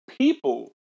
people